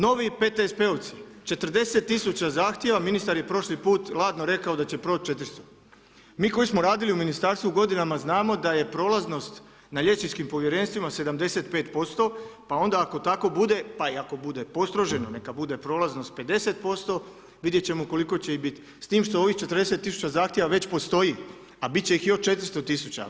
Novi PTSP-ovci, 40 000 zahtjeva, ministar je prošli put hladno rekao da će proći 400. mi koji smo radili u ministarstvu godinama znamo da je prolaznost na liječničkim povjerenstvima 75% pa onda ako tako bude, pa i ako bude postroženo, neka bude prolaznost 50%, vidjet ćemo koliko će ih biti s tim što ovih 40 000 zahtjeva već postoji a bit će ih još 400 000.